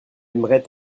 aimerait